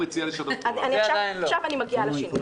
עכשיו אני מגיעה לשינוי.